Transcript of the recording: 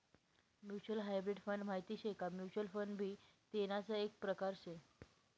तुम्हले hybrid fund माहित शे का? म्युच्युअल फंड भी तेणाच एक प्रकार से